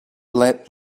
let